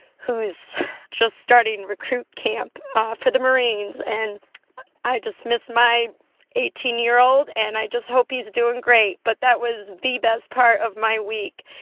who's just starting recruit camp for the marines. and i just miss my eighteen year old, and i just hope he's doing great. but that was the best part of my week.